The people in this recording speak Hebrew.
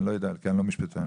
כי אני לא משפטן.